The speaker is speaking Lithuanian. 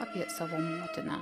apie savo motiną